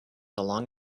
along